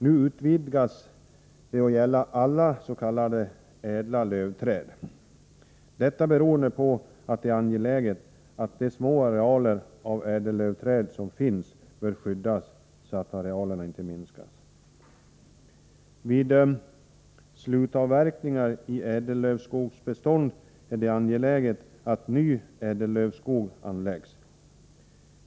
Nu utvidgas lagstiftningen till att gälla alla s.k. ädellövträd, detta beroende på att de små bestånd av ädellövträd som finns bör skyddas så att arealen inte minskar. Vid slutavverkningar i ädellövskogsbestånd är det angeläget att ny ädellövskog anläggs.